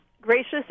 gracious